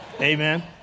Amen